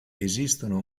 esistono